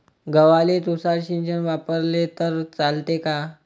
गव्हाले तुषार सिंचन वापरले तर चालते का?